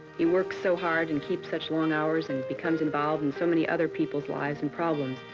he works so hard and keeps such long hours and becomes involved in so many other people's lives and problems.